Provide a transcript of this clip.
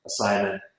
assignment